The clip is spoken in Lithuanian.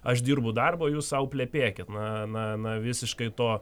aš dirbu darbą o jūs sau plepėkit na na na visiškai to